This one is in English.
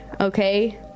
okay